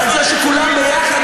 על זה שכולם יחד,